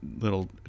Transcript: little